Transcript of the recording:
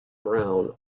brown